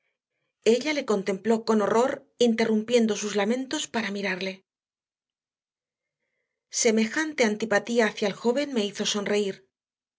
ella le contempló con horror interrumpiendo sus lamentos para mirarle semejante antipatía hacia el joven me hizo sonreír